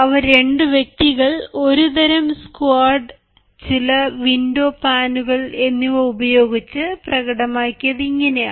അവർ രണ്ടു വ്യക്തികൾ ഒരു തരം സ്ക്വാഡ് ചില വിൻഡോ പാനുകൾ എന്നിവ ഉപയോഗിച്ച് പ്രകടമാക്കിയത് ഇങ്ങനെയാണ്